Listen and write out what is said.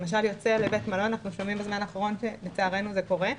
למשל יוצא לבית מלון ובזמן האחרון אנחנו שומעים שלצערנו זה קורה,